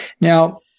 Now